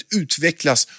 utvecklas